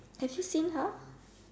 did you seen her